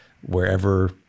wherever